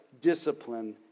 discipline